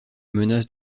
menace